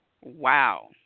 Wow